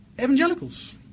evangelicals